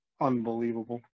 unbelievable